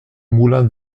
moulin